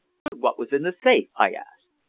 but what was in the safe? i asked.